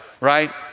right